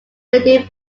clearly